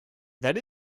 that